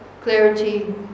clarity